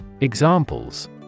Examples